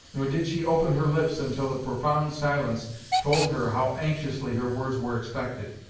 nor did she open her lips until the profound silence told her how anxiously her words were expected.